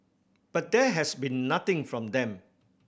but there has been nothing from them